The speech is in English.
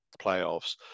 playoffs